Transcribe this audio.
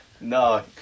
No